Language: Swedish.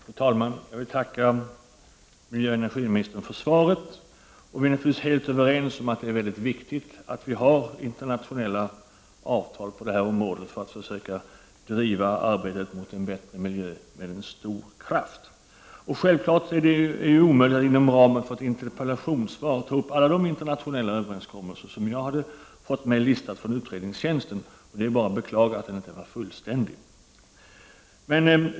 Fru talman! Jag vill tacka miljöoch energiministern för svaret. Vi är naturligtvis helt överens om att det är mycket viktigt att vi har internationella avtal på det här området, för att försöka driva arbetet mot en bättre miljö med stor kraft. Självklart är det omöjligt att inom ramen för ett interpellationssvar ta upp alla de internationella överenskommelser som jag hade fått mig listat från utredningstjänsten. Det är bara att beklaga att listan inte var fullständig.